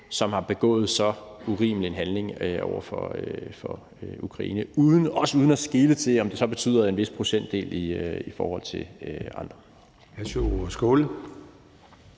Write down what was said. som har begået så urimelig en handling over for Ukraine – også uden at skele til, om det så betyder en vis procentdel i forhold til andre.